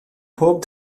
pob